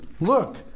look